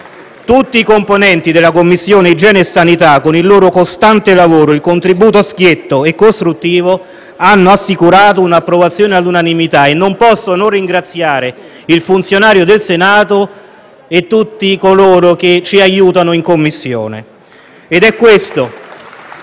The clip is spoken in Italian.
Tutti i componenti della Commissione igiene e sanità, con il loro costante lavoro e il contributo a schietto e costruttivo, hanno assicurato un'approvazione all'unanimità. Non posso non ringraziare i funzionari del Senato e tutti coloro che ci aiutano in Commissione. *(Applausi